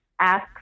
Ask